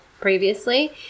previously